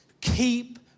Keep